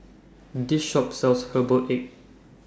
This Shop sells Herbal Egg